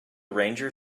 ranger